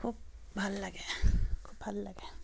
খুব ভাল লাগে খুব ভাল লাগে